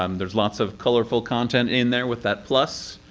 um there's lots of colorful content in there, with that plus.